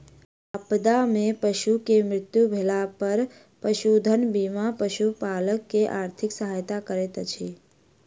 आपदा में पशु के मृत्यु भेला पर पशुधन बीमा पशुपालक के आर्थिक सहायता करैत अछि